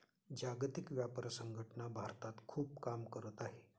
जागतिक व्यापार संघटना भारतात खूप काम करत आहे